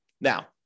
Now